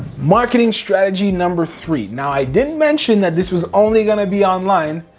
marketing strategy number three. now i didn't mention that this was only gonna be online,